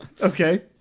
okay